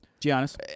Giannis